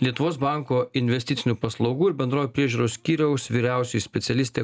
lietuvos banko investicinių paslaugų ir bendrojo priežiūros skyriaus vyriausioji specialistė